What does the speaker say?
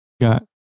Got